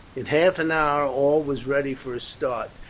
in half an hour all was ready for a start.